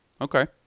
Okay